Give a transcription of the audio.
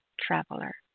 traveler